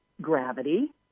gravity